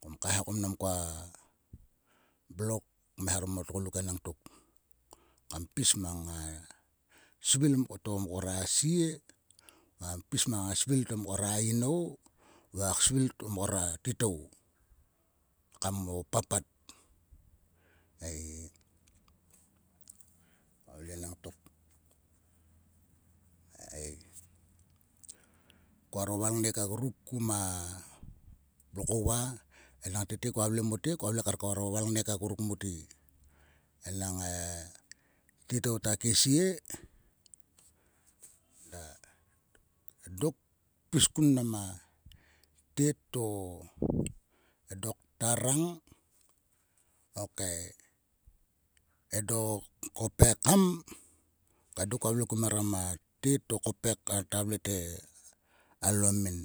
Kom kaeha ko mnam koa blok kmeharom o tgoluk enang tok. Kam pis mang a svil to mkor a sie kam pis mang svil to mkor a inou va a svil to mkor a titou. Kam o papat ei ta vle enang tok. Ei koaro valngnek akuruk kuma plokouva. Enang tete koa vle mote koa vle kar koaro valngnek akuruk mote. Enang e titou ta kesie eda. Dok kpis kun ma tet to. edo ktarang. okei. edo kopekam. Okei dok koa vle komeram a tet to kope ta vle te alomim.